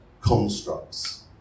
constructs